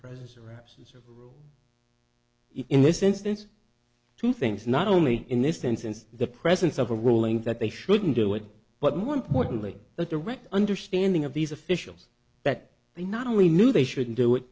even in this instance two things not only in this instance the presence of a ruling that they shouldn't do it but more importantly the direct understanding of these officials that they not only knew they shouldn't do it